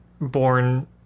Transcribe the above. born